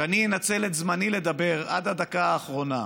שאני אנצל את זמני לדבר עד הדקה האחרונה,